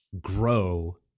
grow